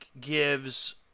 gives –